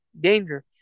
danger